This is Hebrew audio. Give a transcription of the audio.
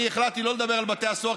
החלטתי לא לדבר על בתי הסוהר,